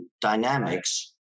dynamics